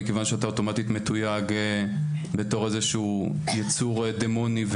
כיוון שאתה אוטומטית מתויג בתור איזה שהוא יצור דמוני,